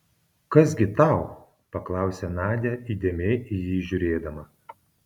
kas gi tau paklausė nadia įdėmiai į jį žiūrėdama